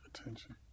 attention